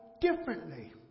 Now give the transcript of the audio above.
differently